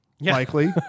likely